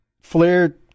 flair